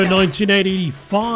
1985